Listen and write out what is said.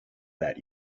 that